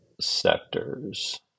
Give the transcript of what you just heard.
sectors